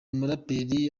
muraperi